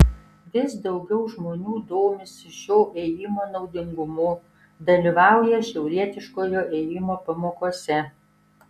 vis daugiau žmonių domisi šio ėjimo naudingumu dalyvauja šiaurietiškojo ėjimo pamokose